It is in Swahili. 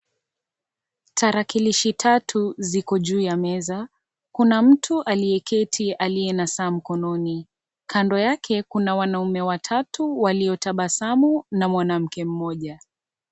Tarakilishi tatu ziko juu ya meza, Kuna mtu aliyeketi aliye na saa mkononi. Kando yake kuna wanaume watatu waliotabasamu na mwanamke mmoja.